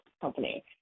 company